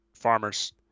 Farmers